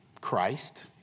Christ